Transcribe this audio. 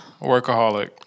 Workaholic